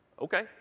Okay